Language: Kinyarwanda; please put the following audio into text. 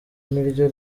niryo